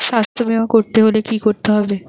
স্বাস্থ্যবীমা করতে হলে কি করতে হবে?